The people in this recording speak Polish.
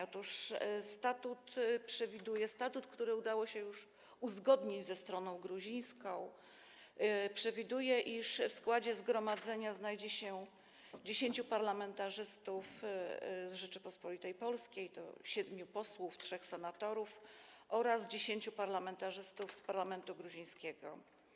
Otóż statut przewiduje - statut, który udało się już uzgodnić ze stroną gruzińską - iż w składzie zgromadzenia znajdzie się 10 parlamentarzystów z Rzeczypospolitej Polskiej, siedmiu posłów i trzech senatorów, oraz 10 parlamentarzystów z parlamentu gruzińskiego.